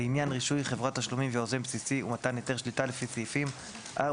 לעניין רישוי חברת תשלומים ויוזם בסיסי ומתן היתר שליטה לפי סעיפים 4,